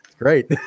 great